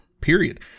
period